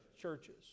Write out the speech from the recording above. churches